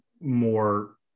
more